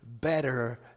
better